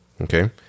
Okay